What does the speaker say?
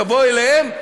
תבוא אליהם?